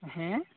ᱦᱮᱸ